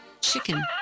chicken